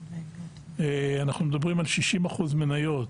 אנחנו מדברים על 60% מניות